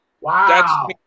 Wow